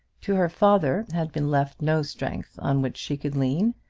to her father had been left no strength on which she could lean,